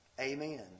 Amen